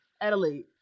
Adelaide